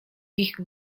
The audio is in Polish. ich